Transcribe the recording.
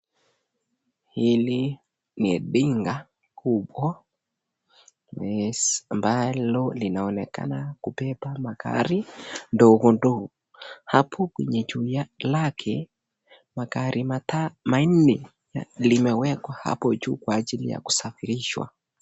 Hili ni tinga kubwa ambalo linaonekana kubeba magari ndogo ndogo, hapo kwenye nyuma yake magari manne limewekwa juu yake, kwa ajili ya kusafirishwa.